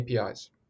APIs